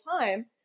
time